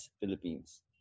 Philippines